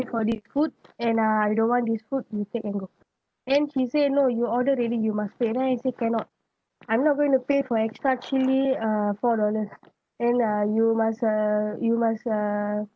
for this food and uh I don't want this food you take and go then he say no you order already you must pay then I say cannot I'm not going to pay for extra chili uh four dollars the you must uh you must uh